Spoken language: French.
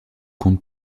conte